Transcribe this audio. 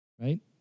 right